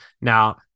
Now